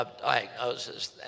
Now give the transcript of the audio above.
diagnosis